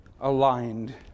aligned